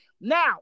Now